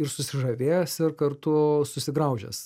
ir susižavėjęs ir kartu susigraužęs